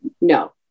no